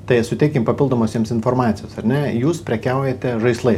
tai suteikim papildomos jiems informacijos ar ne jūs prekiaujate žaislais